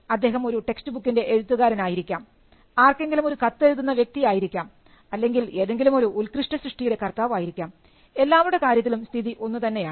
അദ്ദേഹം ഒരു ടെക്സ്റ്റ് ബുക്കിൻറെ എഴുത്തുകാരൻ ആയിരിക്കാം ആർക്കെങ്കിലും ഒരു കത്ത് എഴുതുന്ന വ്യക്തി ആയിരിക്കാം അല്ലെങ്കിൽ ഏതെങ്കിലുമൊരു ഉൽകൃഷ്ട സൃഷ്ടിയുടെ കർത്താവായിരിക്കാം എല്ലാവരുടെ കാര്യത്തിലും സ്ഥിതി ഒന്നു തന്നെയാണ്